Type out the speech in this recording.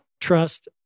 trust